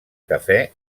cafè